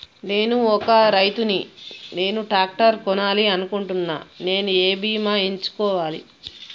నేను ఒక రైతు ని నేను ట్రాక్టర్ కొనాలి అనుకుంటున్నాను నేను ఏ బీమా ఎంచుకోవాలి?